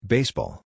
Baseball